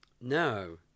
No